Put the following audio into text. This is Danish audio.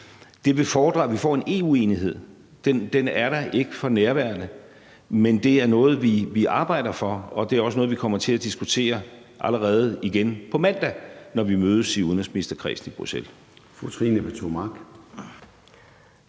Det vil fordre, at vi får en EU-enighed. Den er der ikke for nærværende, men det er noget, vi arbejder for, og det er også noget, vi kommer til at diskutere igen allerede på mandag, når vi mødes i udenrigsministerkredsen i Bruxelles.